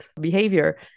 behavior